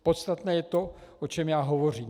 Podstatné je to, o čem já hovořím.